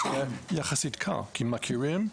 כי מכירים.